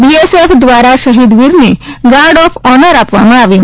BSF દ્વારા શહીદ વીરને ગાર્ડ ઓફ ઓનર આપવામાં આવ્યું